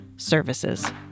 Services